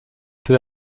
peu